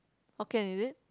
hokkien is it